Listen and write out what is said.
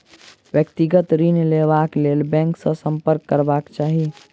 व्यक्तिगत ऋण लेबाक लेल बैंक सॅ सम्पर्क करबाक चाही